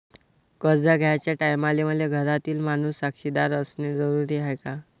कर्ज घ्याचे टायमाले मले घरातील माणूस साक्षीदार असणे जरुरी हाय का?